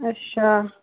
अच्छा